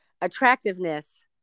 attractiveness